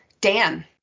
Dan